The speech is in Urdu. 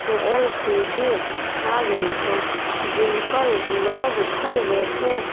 ایل سی ڈی آ گئی ہے جن پر لوگ گھر بیٹھے